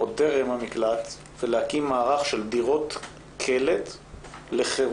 עוד טרם המקלט ולהקים מערך של דירות קלט לחירום,